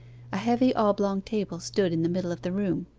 a heavy oblong table stood in the middle of the room.